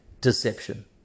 deception